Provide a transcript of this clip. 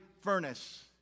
furnace